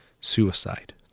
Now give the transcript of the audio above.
suicide